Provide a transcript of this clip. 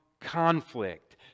conflict